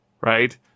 right